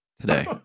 today